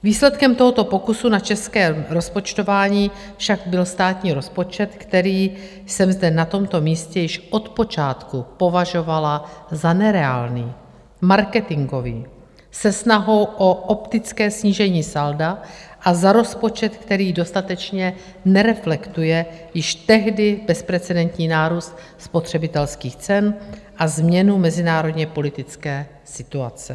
Výsledkem tohoto pokusu na českém rozpočtování však byl státní rozpočet, který jsem zde na tomto místě již od počátku považovala za nereálný, marketingový, se snahou o optické snížení salda, a za rozpočet, který dostatečně nereflektuje již tehdy bezprecedentní nárůst spotřebitelských cen a změnu mezinárodněpolitické situace.